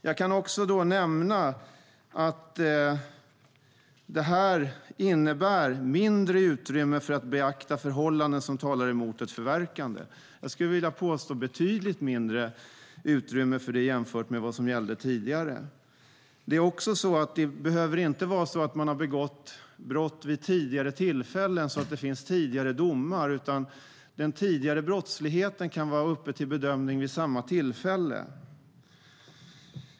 Jag kan också nämna att förslaget innebär mindre utrymme för att beakta förhållanden som talar emot förverkande. Jag skulle vilja påstå att det blir betydligt mindre utrymme för det jämfört med vad som gällde tidigare. Det behöver inte heller vara så att en person har begått brott vid tidigare tillfällen så att det finns tidigare domar, utan den tidigare brottsligheten kan vara uppe till bedömning vid samma tillfälle.